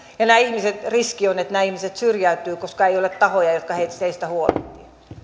ja riski on että nämä ihmiset syrjäytyvät koska ei ole tahoja jotka heistä heistä huolehtivat